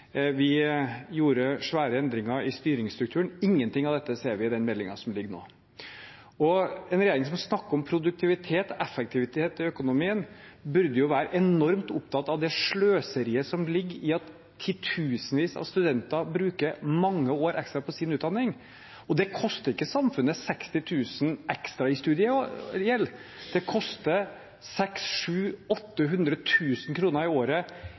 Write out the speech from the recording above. vi gjorde store endringer i styringsstrukturen – ingenting av dette ser vi i den meldingen som ligger her nå. En regjering som snakker om produktivitet og effektivitet i økonomien burde jo være enormt opptatt av det sløseriet som ligger i at titusenvis av studenter bruker mange år ekstra på sin utdanning. Det koster ikke samfunnet 60 000 kr ekstra i studiegjeld, det koster 600 000, 700 000, 800 000 kr i året